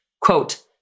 quote